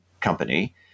company